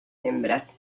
hembras